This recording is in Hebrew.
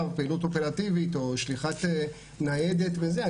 פעילות אופרטיבית או שליחת ניידת וזה,